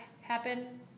happen